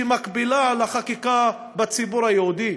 שמקבילה לחקיקה בציבור היהודי?